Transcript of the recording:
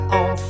on